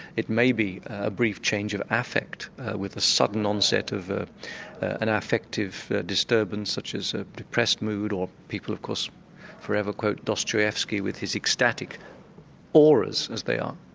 it may be a brief change of affect with the sudden onset of of an affective disturbance such as a depressed mood, or people of course forever quote dostoevsky with his ecstatic auras, as they are.